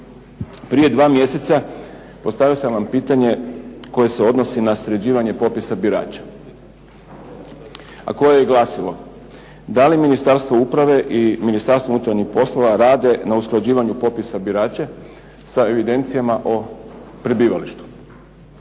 prije dva mjeseca postavio sam vam pitanje koje se odnosi na sređivanje popisa birača, a koje je glasilo. Da li ministarstvo uprave i Ministarstvo unutarnjih poslova rade na usklađivanju popisa birača sa evidencijama o prebivalištu?